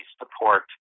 support